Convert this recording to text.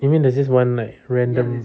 you mean there's this one like random